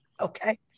okay